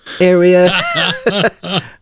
area